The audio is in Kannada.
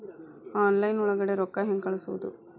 ಆನ್ಲೈನ್ ಒಳಗಡೆ ರೊಕ್ಕ ಹೆಂಗ್ ಕಳುಹಿಸುವುದು?